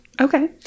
Okay